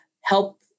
help